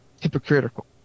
hypocritical